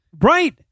Right